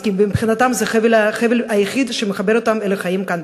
כי מבחינתם זה החבל היחיד שמחבר אותם אל החיים כאן,